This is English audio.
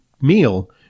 meal